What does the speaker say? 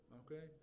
okay